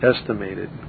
estimated